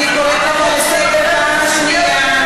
אני קוראת אותך לסדר בפעם השנייה.